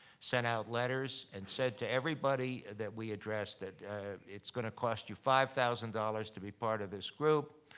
sent out letters, and said to everybody that we addressed that it's gonna cost you five thousand dollars to be part of this group.